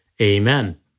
Amen